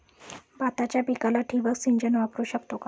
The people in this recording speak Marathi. भाताच्या पिकाला ठिबक सिंचन वापरू शकतो का?